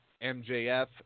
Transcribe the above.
MJF